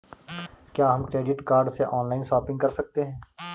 क्या हम credit card से ऑनलाइन शॉपिंग कर सकते हैं?